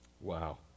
Wow